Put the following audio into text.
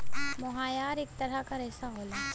मोहायर इक तरह क रेशा होला